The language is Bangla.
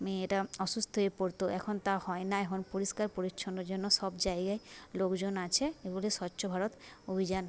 মেয়েরা অসুস্থ হয়ে পড়ত এখন তা হয় না এখন পরিষ্কার পরিচ্ছন্নের জন্য সব জায়গায় লোকজন আছে এগুলি স্বচ্ছ ভারত অভিযান